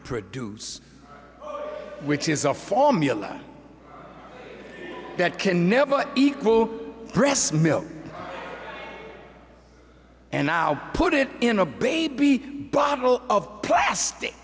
produce which is a formula that can never equal breast milk and now put it in a baby bottle of plastic